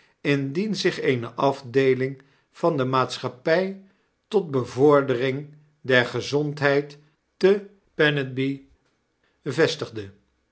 indien zich eene afdeeling van de maatschappy tot bevordering der gezondheid tepenethly vestigde